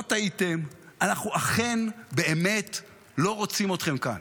לא טעיתם, אנחנו אכן באמת לא רוצים אתכם כאן.